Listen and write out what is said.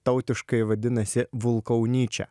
tautiškai vadinasi vulkaunyčia